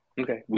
Okay